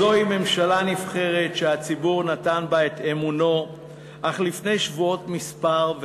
זוהי ממשלה נבחרת שהציבור נתן בה את אמונו אך לפני שבועות מספר,